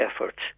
efforts